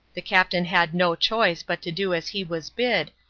the captain had no choice but to do as he was bid,